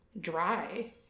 dry